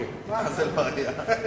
מה זה עוד לא היה?